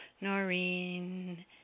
Noreen